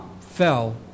fell